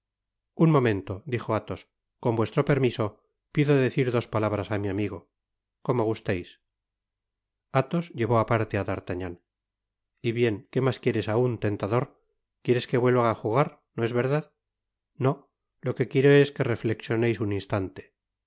un momento dijo athos con vuestro permiso pido decir dos palabras á mi amigo como gusteis athos llevó aparte á d'artagnan y bien que mas quieres aun tentador quieres que vuelva á jugar no es verdad no lo quefquiero es que reflexioneis un instante